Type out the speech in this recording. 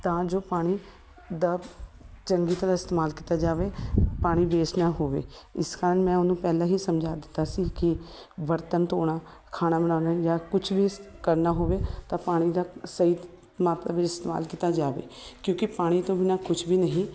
ਤਾਂ ਜੋ ਪਾਣੀ ਦਾ ਚੰਗੀ ਤਰ੍ਹਾਂ ਇਸਤੇਮਾਲ ਕੀਤਾ ਜਾਵੇ ਪਾਣੀ ਵੇਸਟ ਨਾ ਹੋਵੇ ਇਸ ਕਾਰਨ ਮੈਂ ਉਹਨੂੰ ਪਹਿਲਾਂ ਹੀ ਸਮਝਾ ਦਿੱਤਾ ਸੀ ਕਿ ਬਰਤਨ ਧੋਣਾ ਖਾਣਾ ਬਣਾਉਣਾ ਜਾਂ ਕੁਛ ਵੀ ਕਰਨਾ ਹੋਵੇ ਤਾਂ ਪਾਣੀ ਦਾ ਸਹੀ ਮਾਤਰਾ ਵਿੱਚ ਇਸਤੇਮਾਲ ਕੀਤਾ ਜਾਵੇ ਕਿਉਂਕਿ ਪਾਣੀ ਤੋਂ ਬਿਨਾਂ ਕੁਛ ਵੀ ਨਹੀਂ